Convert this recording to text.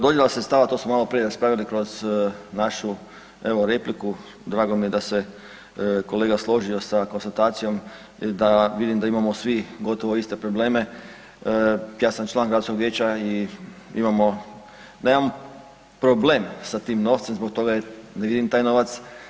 Dodjela sredstava, to smo maloprije raspravljali kroz našu evo repliku, drago mi je da se kolega složio sa konstatacijom da vidim da imamo svi gotovo iste probleme, ja sam član gradskog vijeća i nemam problem sa tim novcem zbog toga jer ne vidim taj novac.